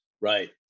Right